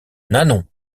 nanon